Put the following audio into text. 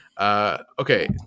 Okay